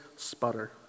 sputter